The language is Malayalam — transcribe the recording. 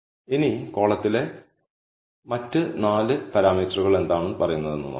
ഇനി കോളത്തിലെ മറ്റ് 4 പാരാമീറ്ററുകൾ എന്താണ് പറയുന്നതെന്ന് നോക്കാം